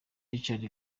richard